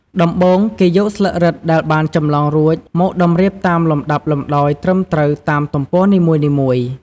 ដំបូង គេយកស្លឹករឹតដែលបានចម្លងរួចមកតម្រៀបតាមលំដាប់លំដោយត្រឹមត្រូវតាមទំព័រនីមួយៗ។